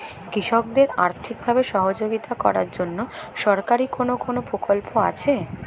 কৃষকদের আর্থিকভাবে সহযোগিতা করার জন্য সরকারি কোন কোন প্রকল্প আছে?